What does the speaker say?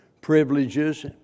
privileges